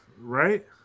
Right